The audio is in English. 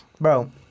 bro